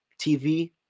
TV